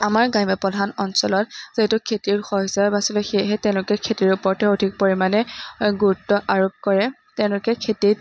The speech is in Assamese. আমাৰ গ্ৰাম্য প্ৰধান অঞ্চলত যিহেতু খেতিৰ শস্যই বাছি লয় সেয়েহে তেওঁলোকে খেতিৰ ওপৰতে অধিক পৰিমাণে গুৰুত্ব আৰোপ কৰে তেওঁলোকে খেতিত